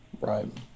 Right